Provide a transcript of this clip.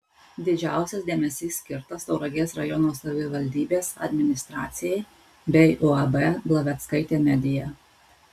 didžiausias dėmesys skirtas tauragės rajono savivaldybės administracijai bei uab glaveckaitė media